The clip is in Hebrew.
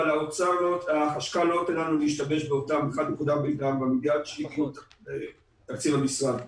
אבל החשכ"ל לא נותן לנו להשתמש באותם 1.44 מיליארד שקל מתקציב המשרד.